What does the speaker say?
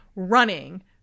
running